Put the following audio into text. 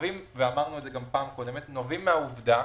שנובעים מהעובדה,